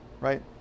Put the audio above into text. right